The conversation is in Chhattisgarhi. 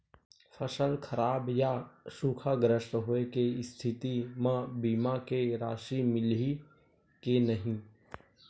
फसल खराब या सूखाग्रस्त होय के स्थिति म बीमा के राशि मिलही के नही?